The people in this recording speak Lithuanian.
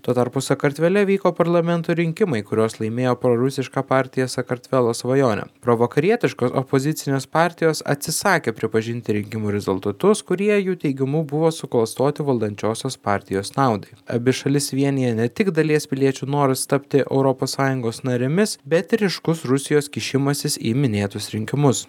tuo tarpu sakartvele vyko parlamento rinkimai kuriuos laimėjo prorusiška partija sakartvelo svajonė provakarietiškos opozicinės partijos atsisakė pripažinti rinkimų rezultatus kurie jų teigimu buvo suklastoti valdančiosios partijos naudai abi šalis vienija ne tik dalies piliečių noras tapti europos sąjungos narėmis bet ir ryškus rusijos kišimasis į minėtus rinkimus